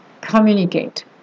Communicate